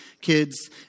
kids